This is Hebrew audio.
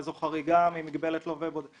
איזו חריגה יש ממגבלת לווה בודד.